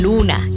Luna